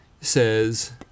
says